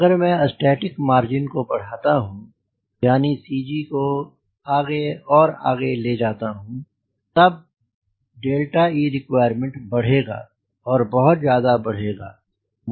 अगर मैं static margin को बढ़ता हूँ यानी CG को आगे और आगे ले जाता हूँ तब तब e रिक्वॉयरमेंट बढ़ेगा और बहुत ज्यादा बढ़ेगा